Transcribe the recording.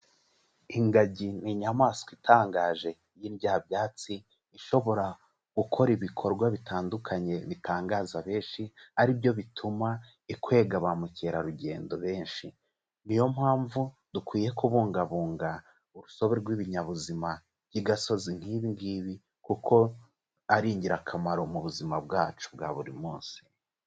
Ingagi ni inyamaswa itangaje y'indyabyatsi, ishobora gukora ibikorwa bitandukanye bitangaza benshi ari byo bituma ikwega bamukerarugendo benshi, ni yo mpamvu dukwiye kubungabunga urusobe rw'ibinyabuzima by'igasozi nk'ibi ngibi kuko ari ingirakamaro mu buzima bwacu bwa buri munsi.